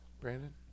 Brandon